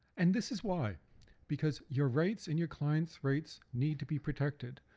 and this is why because your rights and your client's rights need to be protected,